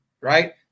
Right